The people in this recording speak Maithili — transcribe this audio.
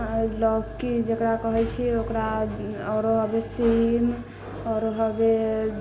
लौकी जकरा कहय छियै ओकरा आओरो होबए सीम आओरो होबए